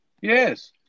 Yes